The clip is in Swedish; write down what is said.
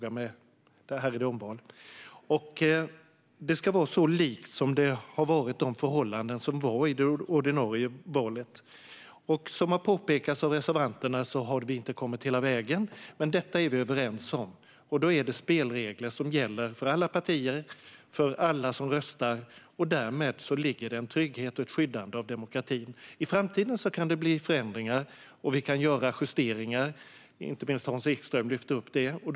Anmälan ska vara så lik de förhållanden som rådde i det ordinarie valet som möjligt. Precis som reservanterna har påpekat har utskottet inte nått fram hela vägen, men detta är vi överens om. Det är spelregler som gäller för alla partier och för alla som röstar. Därmed finns en trygghet för och ett skydd av demokratin. I framtiden kan det bli förändringar, och vi kan göra justeringar - inte minst Hans Ekström lyfte upp den frågan.